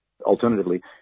alternatively